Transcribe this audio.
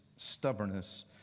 Stubbornness